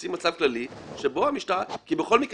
לשים מצב כללי שבו המשטרה תבדוק כי בכל מקרה